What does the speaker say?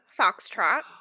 Foxtrot